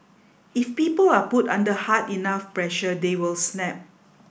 if people are put under hard enough pressure they will snap